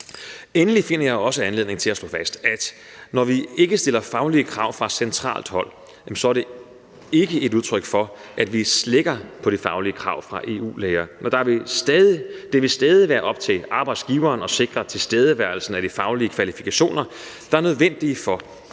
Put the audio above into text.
Endelig finder jeg også anledning til at slå fast, at når vi ikke stiller faglige krav fra centralt hold, så er det ikke et udtryk for, at vi slækker på de faglige krav til EU-læger. Det vil stadig være op til arbejdsgiveren at sikre tilstedeværelsen af de faglige kvalifikationer, der er nødvendige i